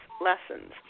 lessons